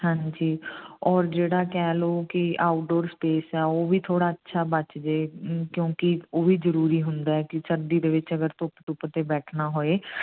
ਹਾਂਜੀ ਔਰ ਜਿਹੜਾ ਕਹਿ ਲਓ ਕਿ ਆਊਟਡੋਰ ਸਪੇਸ ਆ ਉਹ ਵੀ ਥੋੜ੍ਹਾ ਅੱਛਾ ਬਚ ਜੇ ਕਿਉਂਕਿ ਉਹ ਵੀ ਜ਼ਰੂਰੀ ਹੁੰਦਾ ਕਿ ਸੰਡੇ ਦੇ ਵਿੱਚ ਅਗਰ ਧੁੱਪ ਧੁੱਪ 'ਤੇ ਬੈਠਣਾ ਹੋਏ